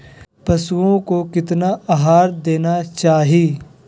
पशुओं को कितना आहार देना चाहि?